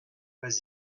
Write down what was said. pas